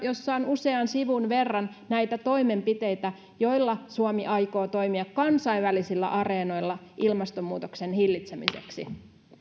jossa on usean sivun verran näitä toimenpiteitä joilla suomi aikoo toimia kansainvälisillä areenoilla ilmastonmuutoksen hillitsemiseksi